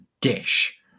dish